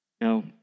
Now